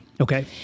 Okay